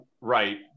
right